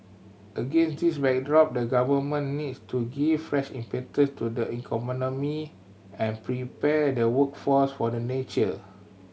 against this backdrop the Government needs to give fresh impetus to the economy and prepare the workforce for the nature